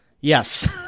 Yes